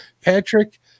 Patrick